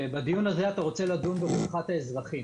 שבדיון הזה אתה רוצה לדון ברווחת האזרחים.